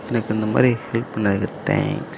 எனக்கு இந்த மாதிரி ஹெல்ப் பண்ணதுக்கு தேங்க்ஸ்